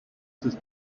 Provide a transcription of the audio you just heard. sus